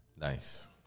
Nice